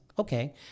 okay